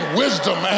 wisdom